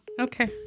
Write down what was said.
Okay